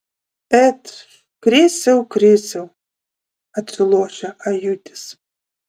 et krisiau krisiau atsilošia ajutis